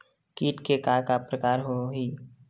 कीट के का का प्रकार हो होही?